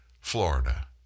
Florida